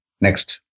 Next